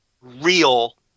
real